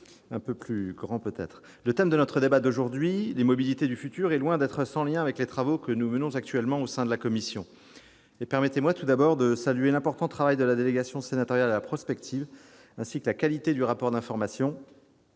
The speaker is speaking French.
un peu plus vaste. Le thème de notre débat d'aujourd'hui- les mobilités du futur -est loin d'être sans lien avec les travaux que nous menons actuellement au sein de la commission. Permettez-moi tout d'abord de saluer l'important travail de la délégation sénatoriale à la prospective ainsi que la qualité du rapport d'information